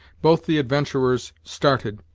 both the adventurers started,